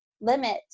limit